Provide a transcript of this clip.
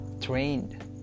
trained